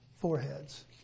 foreheads